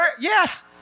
Yes